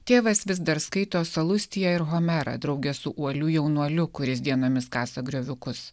tėvas vis dar skaito salustiją r homerą drauge su uoliu jaunuoliu kuris dienomis kasa grioviukus